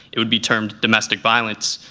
it would be termed domestic violence,